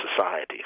society